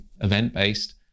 event-based